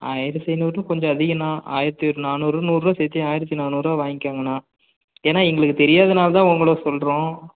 ஆயிரத்து ஐநூறு கொஞ்சம் அதிகம்தான் ஆயிரத்து நானூறு நூர்ருவா சேர்த்தி ஆயிரத்து நானூறுரூவா வாங்கிக்கிங்க அண்ணா ஏன்னா எங்களுக்கு தெரியாதனால தான் உங்களை சொல்கிறோம்